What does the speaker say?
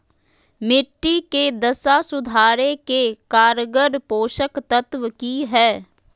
मिट्टी के दशा सुधारे के कारगर पोषक तत्व की है?